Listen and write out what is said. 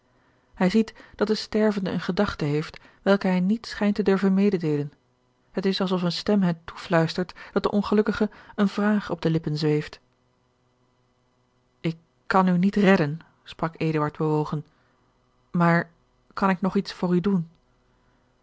hij ziet dat de stervende eene gedachte heeft welke hij niet schijnt te durven mededeelen het is alsof eene stem hem toefluistert dat den ongelukkige eene vraag op de lippen zweeft ik kan u niet redden sprak eduard bewogen maar kan ik nog iets voor u doen